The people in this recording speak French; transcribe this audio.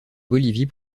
bolivie